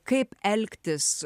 kaip elgtis